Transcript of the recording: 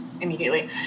immediately